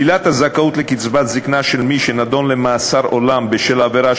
שלילת הזכאות לקצבת זיקנה של מי שנידון למאסר עולם בשל עבירה